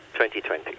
2020